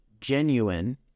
genuine